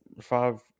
five